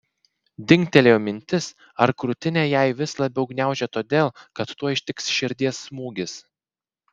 dingtelėjo mintis ar krūtinę jai vis labiau gniaužia todėl kad tuoj ištiks širdies smūgis